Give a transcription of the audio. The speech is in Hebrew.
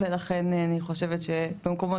ולכן אני חושבת שבמקומות